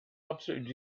absolutely